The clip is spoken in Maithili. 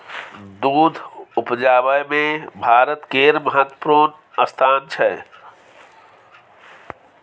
दूध उपजाबै मे भारत केर महत्वपूर्ण स्थान छै